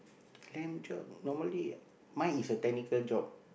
land job normally mine is a technical job